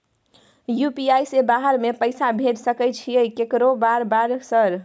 UPI से बाहर में पैसा भेज सकय छीयै केकरो बार बार सर?